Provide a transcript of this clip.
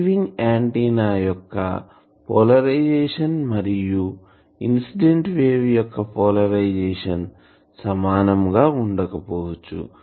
receiving antenna యొక్క polarization మరియు incident wave యొక్కపోలరైజేషన్ సమానం గా ఉండకపోవచ్చు